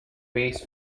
base